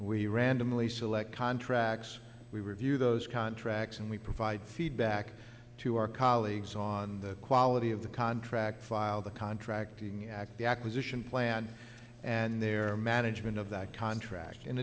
we randomly select contracts we review those contracts and we provide feedback to our colleagues on the quality of the contract file the contracting act the acquisition plan and their management of the contract in